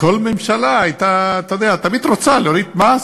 כל ממשלה תמיד רוצה להוריד מס.